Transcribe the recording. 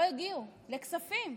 לא הגיעו לכספים,